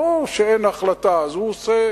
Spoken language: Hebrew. לא שאין החלטה, זה הוא עושה